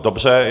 Dobře.